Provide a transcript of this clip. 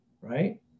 right